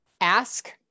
Ask